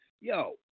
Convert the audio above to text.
Yo